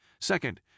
Second